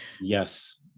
Yes